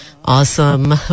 Awesome